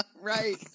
right